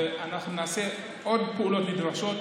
ונעשה עוד פעולות נדרשות.